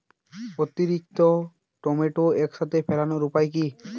অতিরিক্ত টমেটো একসাথে ফলানোর উপায় কী?